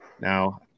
Now